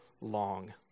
long